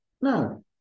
No